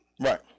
Right